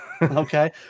Okay